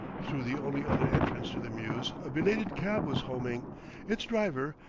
through the only other entrance to the mews a belated cab was homing its driver,